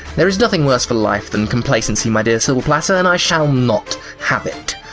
there is nothing worse for life than complacency, my dear silver platter, and i shall not have it.